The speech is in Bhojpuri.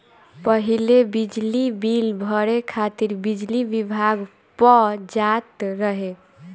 पहिले बिजली बिल भरे खातिर बिजली विभाग पअ जात रहे